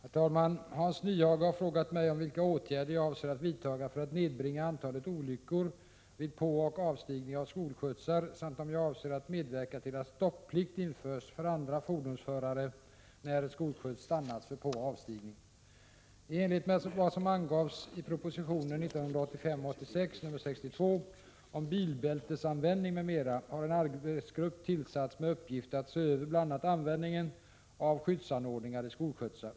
Herr talman! Hans Nyhage har frågat mig om vilka åtgärder jag avser vidta för att nedbringa antalet olyckor vid påoch avstigning av skolskjutsar samt om jag avser att medverka till att stopplikt införs för andra fordonsförare när skolskjuts stannats för påoch avstigning. I enlighet med vad som angavs i proposition 1985/86:62 om bilbältesanvändning m.m. har en arbetsgrupp tillsatts med uppgift att se över bl.a. användningen av skyddsanordningar i skolskjutsar.